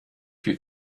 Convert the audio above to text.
wie